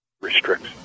restricts